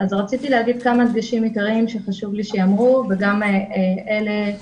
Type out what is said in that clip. אז רציתי להגיד כמה דגשים עיקריים שחשוב לי שייאמרו ואלה גם